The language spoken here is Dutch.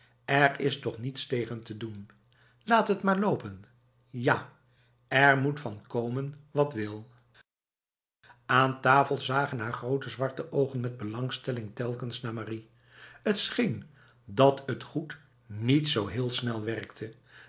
er is toch niets tegen te doen laat het maar lopen ja er moet van komen wat wil aan tafel zagen haar grote zwarte ogen met belangstelling telkens naar marie t scheen dat het goed niet zo heel snel werkte